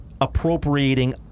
appropriating